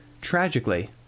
Tragically